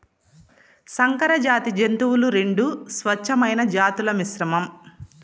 సంకరజాతి జంతువులు రెండు స్వచ్ఛమైన జాతుల మిశ్రమం